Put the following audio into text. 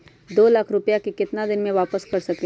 दो लाख रुपया के केतना दिन में वापस कर सकेली?